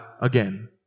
again